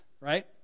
right